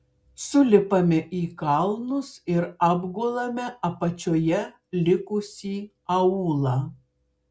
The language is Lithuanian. sulipame į kalnus ir apgulame apačioje likusį aūlą